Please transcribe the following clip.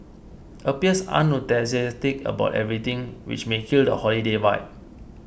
appears unenthusiastic about everything which may kill the holiday vibe